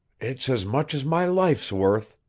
it's as much as my life's worth,